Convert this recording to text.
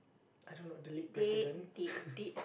I don't know the late president